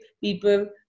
people